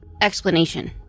Explanation